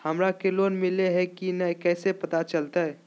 हमरा के लोन मिल्ले की न कैसे पता चलते?